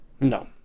No